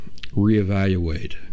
reevaluate